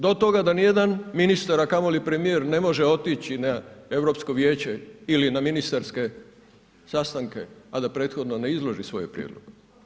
Do toga da nijedan ministar, a kamoli premijer ne može otići na europsko vijeće ili na ministarske sastanke, a da prethodno ne izloži svoj prijedlog.